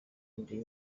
indi